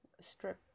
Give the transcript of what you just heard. Strip